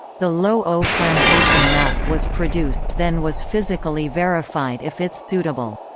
the lo o plantation map was produced then was physically verified if it's suitable.